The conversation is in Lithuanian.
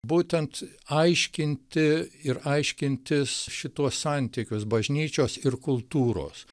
būtent aiškinti ir aiškintis šituos santykius bažnyčios ir kultūros